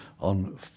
on